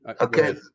Okay